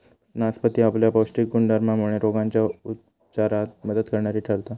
नासपती आपल्या पौष्टिक गुणधर्मामुळे रोगांच्या उपचारात मदत करणारी ठरता